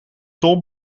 tol